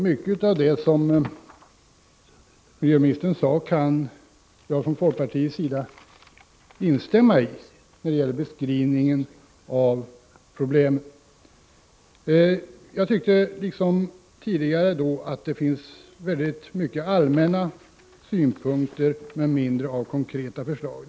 Mycket av det miljöministern sade när det gäller beskrivningen av problemen kan jag från folkpartiets sida instämma i. Det finns liksom tidigare många allmänna synpunkter, men litet av konkreta förslag.